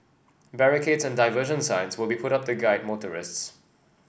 barricades and diversion signs will be put up to guide motorists